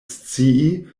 scii